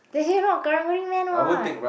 not Karang-Guni man [what]